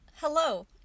Hello